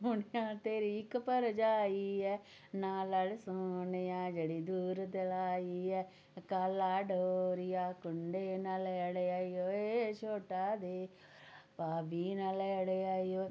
सोनेआ तेरी इक भरजाई ऐ ना लड़ सोनेआ जेह्ड़ी दूर दलाई ऐ काला डोरिया कुंडे नाल अड़ेआई ओये छोटा देवरा भाबी नाल लड़ेआई ओये